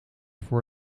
voor